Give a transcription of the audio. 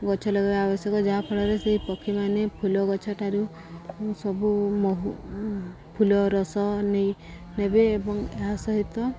ଗଛ ଲଗାଇବା ଆବଶ୍ୟକ ଯାହାଫଳରେ ସେହି ପକ୍ଷୀମାନେ ଫୁଲ ଗଛ ଠାରୁ ସବୁ ମହୁ ଫୁଲ ରସ ନେଇ ନେବେ ଏବଂ ଏହା ସହିତ